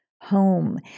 home